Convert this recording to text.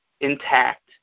intact